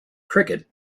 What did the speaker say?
cricket